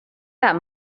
that